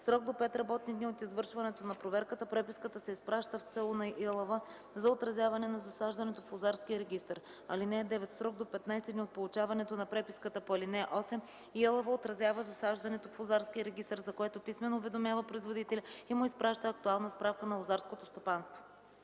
срок до 5 работни дни от извършването на проверката преписката се изпраща в ЦУ на ИАЛВ за отразяване на засаждането в лозарския регистър. (9) В срок до 15 дни от получаването на преписката по ал. 8 ИАЛВ отразява засаждането в лозарския регистър, за което писмено уведомява производителя и му изпраща актуална справка на лозарското стопанство.”